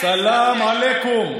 סלאם עליכום.